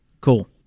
Cool